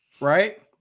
Right